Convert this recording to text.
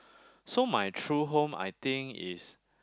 so my true home I think is